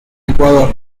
ecuador